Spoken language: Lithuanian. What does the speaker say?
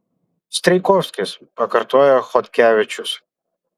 strijkovskis pakartoja chodkevičius